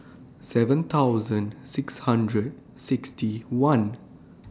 seven thousand six hundred sixty one